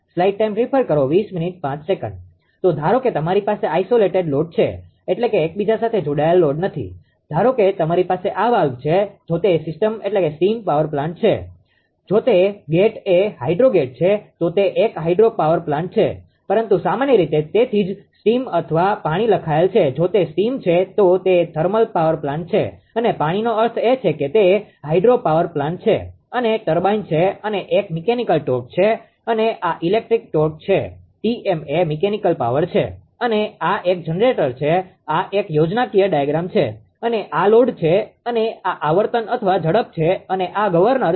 તો ધારો કે તમારી પાસે આઈસોલેટેડ લોડ છે એટલે કે એકબીજા સાથે જોડાયેલ લોડ નથી ધારો કે તમારી પાસે આ વાલ્વ છે જો તે સ્ટીમ પ્લાન્ટ છે જો તે ગેટ એ હાઇડ્રોગેટ છે તો તે એક હાઇડ્રોપાવર પ્લાન્ટ છે પરંતુ સામાન્ય તેથી જ સ્ટીમ અથવા પાણી લખાયેલ છે જો તે સ્ટીમ છે તો તે થર્મલ પાવર પ્લાન્ટ છે અને પાણીનો અર્થ છે કે તે હાઇડ્રોપાવર પ્લાન્ટ છે અને આ ટર્બાઇન છે અને એક મીકેનીકલ ટોર્ક છે અને આ ઇલેક્ટ્રિકલ ટોર્ક છે 𝑇𝑚 એ મીકેનીકલ પાવર છે અને આ એક જનરેટર છે આ એક યોજનાકીય ડાયાગ્રામ છે અને આ લોડ છે અને આ આવર્તન અથવા ઝડપ છે અને આ ગવર્નર છે